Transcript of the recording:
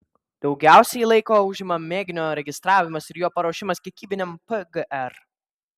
daugiausiai laiko užima mėginio registravimas ir jo paruošimas kiekybiniam pgr